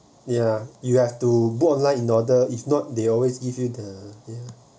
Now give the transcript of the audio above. ya you have to book online in order is not they always give you the ya